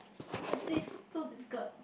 what's this so difficult